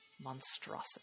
monstrosity